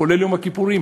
כולל יום הכיפורים,